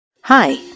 Hi